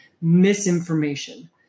misinformation